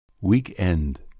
Weekend